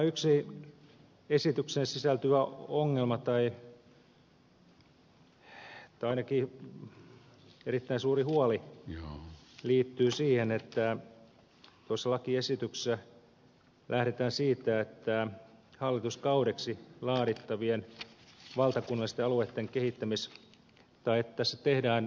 yksi esitykseen sisältyvä ongelma tai ainakin erittäin suuri huoli liittyy siihen että lakiesityksessä lähdetään siitä että hallituskaudeksi laadittavien valtakunnallisten alueiden kehittämis tai käsitteiden